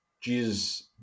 Jesus